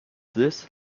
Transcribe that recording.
this